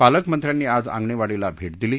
पालकमंत्र्यांनी आज आंगणेवाडीला भेट दिली